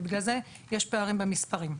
ולכן יש פערים במספרים.